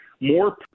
more